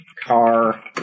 Car